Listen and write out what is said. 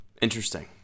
Interesting